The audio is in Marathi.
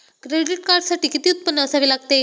क्रेडिट कार्डसाठी किती उत्पन्न असावे लागते?